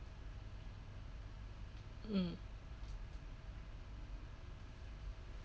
mm